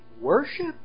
worship